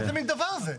איזה מן דבר זה?